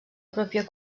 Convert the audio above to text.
pròpia